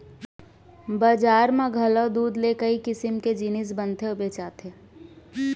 बजार म घलौ दूद ले कई किसम के जिनिस बनथे अउ बेचाथे